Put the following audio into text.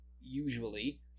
usually